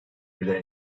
bile